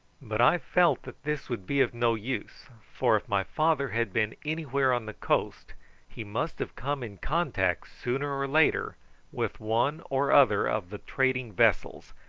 but i felt that this would be of no use, for if my father had been anywhere on the coast he must have come in contact sooner or later with one or other of the trading vessels,